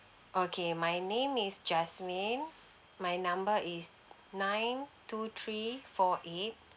okay my name is jasmine my number is nine two three four eight